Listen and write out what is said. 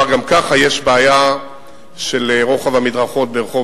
גם כך יש בעיה של רוחב המדרכות ברחוב